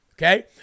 Okay